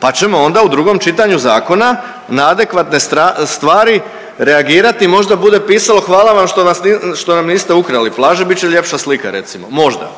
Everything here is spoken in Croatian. pa ćemo onda u drugom čitanju zakona na adekvatne stvari reagirati možda bude pisalo hvala vam što nam niste ukrali plaže bit će ljepša slika recimo, možda.